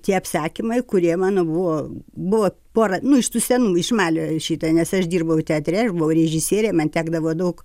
tie apsakymai kurie mano buvo buvo pora nu iš tų senų iš malio šita nes aš dirbau teatre aš buvau režisierė man tekdavo daug